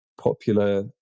popular